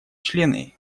члены